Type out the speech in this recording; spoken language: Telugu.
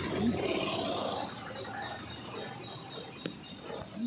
ఫండ్స్ బదిలీ లో ఖచ్చిత సమయం ఏమైనా ఉంటుందా?